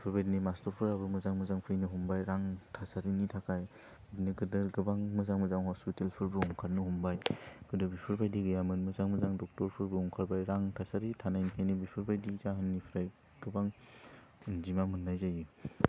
बेफोरबायदिनि मास्टारफोराबो मोजां मोजां फैनो हमबाय रां थासारिनि थाखाइ बिदिनो गोदोर गोबां मोजां मोजां हस्पितालफोरबो ओंखारनो हमबाय गोदो बेफोरबायदि गैयामोन मोजां मोजां डक्टरफोरबो ओंखारबाय रां थासारि थानायनिखायनो बेफोर बायदि जाहोननिफ्राय गोबां अनजिमा मोननाय जायो